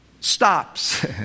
stops